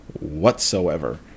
whatsoever